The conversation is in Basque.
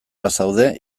bazaude